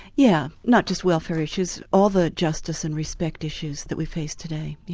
yeah not just welfare issues, all the justice and respect issues that we face today, yeah